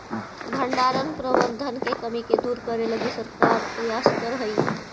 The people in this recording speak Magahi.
भण्डारण प्रबंधन के कमी के दूर करे लगी सरकार प्रयासतर हइ